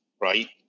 right